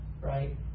right